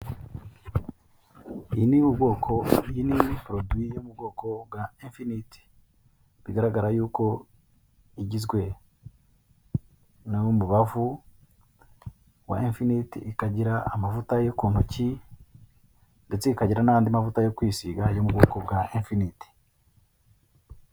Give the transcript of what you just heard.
Iyi ni poroduwi yo mu bwoko bwa enfiniti, bigaragara y'uko igizwe n'umubavu wa enfiniti, ikagira amavuta yo ku ntoki, ndetse ikagira n'andi mavuta yo kwisiga, yo mu bwoko bwa enfiniti.